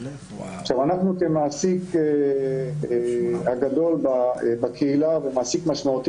אנחנו כמעסיק הגדול בקהילה ומעסיק משמעותי